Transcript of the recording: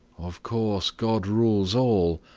of course god rules all.